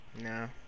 No